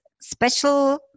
special